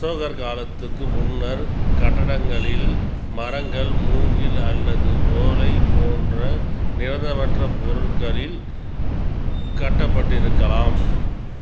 அசோகர் காலத்துக்கு முன்னர் கட்டிடங்களில் மரங்கள் மூங்கில் அல்லது ஓலை போன்ற நிரந்தரமற்ற பொருட்களில் கட்டப்பட்டிருக்கலாம்